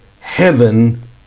heaven